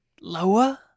Lower